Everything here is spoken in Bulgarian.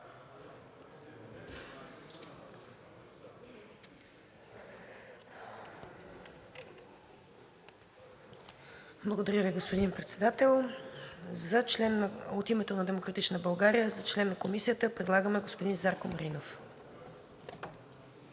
Благодаря Ви, господин Председател. От името на „Демократична България“ за член на Комисията предлагаме господин Мартин Димитров.